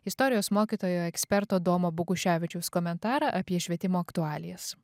istorijos mokytojo eksperto domo boguševičiaus komentarą apie švietimo aktualijas